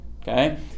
Okay